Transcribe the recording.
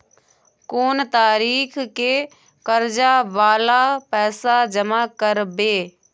कोन तारीख के कर्जा वाला पैसा जमा करबे?